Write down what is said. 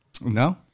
No